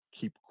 keep